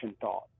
thought